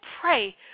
pray